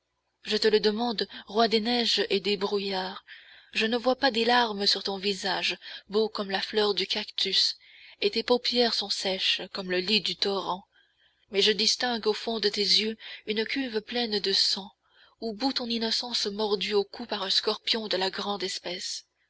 je te le demande roi des neiges et des brouillards je ne vois pas des larmes sur ton visage beau comme la fleur du cactus et tes paupières sont sèches comme le lit du torrent mais je distingue au fond de tes yeux une cuve pleine de sang où bout ton innocence mordue au cou par un scorpion de la grande espèce